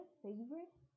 favorite